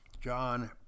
John